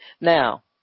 Now